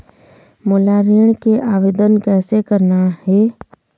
मोला ऋण के आवेदन कैसे करना हे?